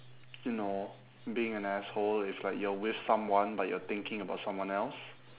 you know being an asshole if like you are with someone but you are thinking about someone else